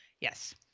yes